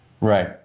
Right